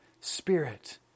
spirit